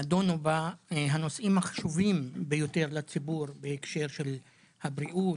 נדונו בה הנושאים החשובים ביותר לציבור בהקשר של הבריאות,